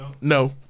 No